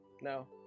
No